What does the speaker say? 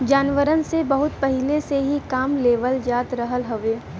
जानवरन से बहुत पहिले से ही काम लेवल जात रहल हउवे